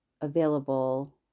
available